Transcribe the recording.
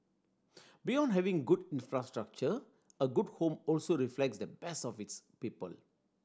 beyond having good infrastructure a good home also reflects the best of its people